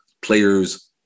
players